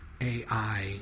AI